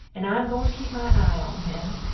and i am going to keep my eye on them.